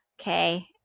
okay